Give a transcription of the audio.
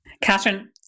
Catherine